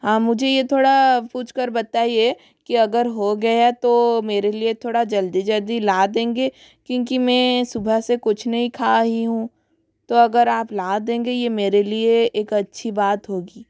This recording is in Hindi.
हाँ मुझे ये थोड़ा पूछ कर बताइए कि अगर हो गया तो मेरे लिए थोड़ा जल्दी जल्दी ला देंगे क्योंकि मैं सुबह से कुछ नहीं खाई हूँ तो अगर आप ला देंगे ये मेरे लिए एक अच्छी बात होगी